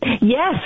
Yes